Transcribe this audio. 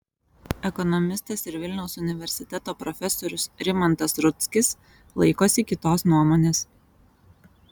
ekonomistas ir vilniaus universiteto profesorius rimantas rudzkis laikosi kitos nuomonės